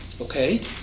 Okay